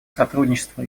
сотрудничества